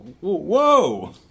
whoa